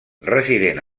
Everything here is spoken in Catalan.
resident